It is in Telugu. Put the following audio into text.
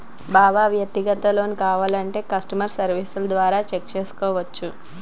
బావా వ్యక్తిగత లోన్ కావాలంటే కష్టమర్ సెర్వీస్ల ద్వారా చెక్ చేసుకోవచ్చు